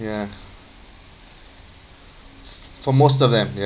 ya for most of them ya